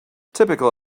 typical